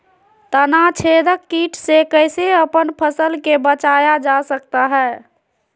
तनाछेदक किट से कैसे अपन फसल के बचाया जा सकता हैं?